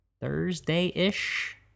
Thursday-ish